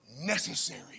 necessary